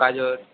গাজর